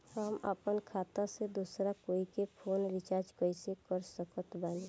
हम अपना खाता से दोसरा कोई के फोन रीचार्ज कइसे कर सकत बानी?